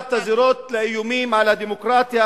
אחת הזירות לאיומים על הדמוקרטיה,